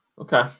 Okay